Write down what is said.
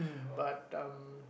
but um